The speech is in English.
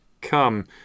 Come